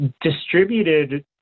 distributed